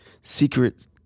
secret